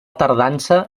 tardança